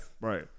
Right